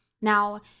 Now